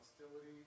hostility